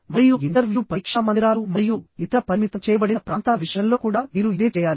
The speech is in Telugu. మరియు ఇంటర్వ్యూ పరీక్షా మందిరాలు మరియు ఇతర పరిమితం చేయబడిన ప్రాంతాల విషయంలో కూడా మీరు ఇదే చేయాలి